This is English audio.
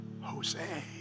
Jose